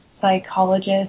psychologist